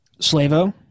Slavo